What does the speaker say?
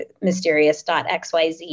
mysterious.xyz